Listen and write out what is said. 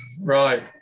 right